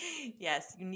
Yes